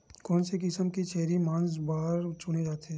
कोन से किसम के छेरी मांस बार चुने जाथे?